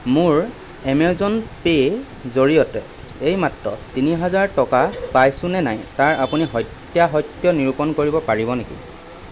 মোৰ এমেজন পে'ৰ জৰিয়তে এইমাত্ৰ তিনিহাজাৰ টকা পাইছোঁ নে নাই তাৰ আপুনি সত্যাসত্য নিৰূপণ কৰিব পাৰিব নেকি